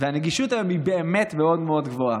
הנגישות היום היא באמת מאוד מאוד גבוהה,